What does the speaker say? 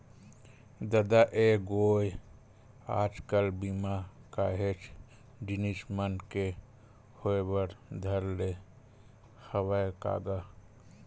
ददा ऐ गोय आज कल बीमा काहेच जिनिस मन के होय बर धर ले हवय का गा?